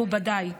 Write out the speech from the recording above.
מכובדיי,